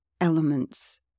elements